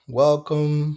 welcome